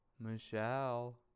Michelle